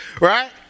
Right